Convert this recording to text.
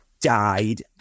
died